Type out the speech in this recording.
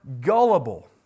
gullible